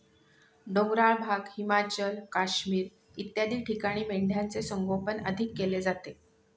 डोंगराळ भाग, हिमाचल, काश्मीर इत्यादी ठिकाणी मेंढ्यांचे संगोपन अधिक केले जाते